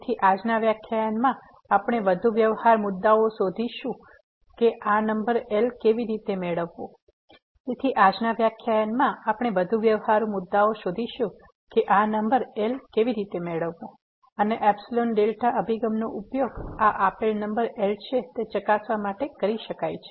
તેથી આજના વ્યાખ્યાનમાં આપણે વધુ વ્યવહારુ મુદ્દાઓ શોધીશું કે આ નંબર L કેવી રીતે મેળવવો અને એપ્સીલોન ડેલ્ટા અભિગમનો ઉપયોગ આ આપેલ નંબર L છે તે ચકાસવા માટે કરી શકાય છે